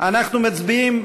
אנחנו מצביעים,